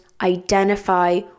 identify